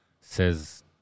says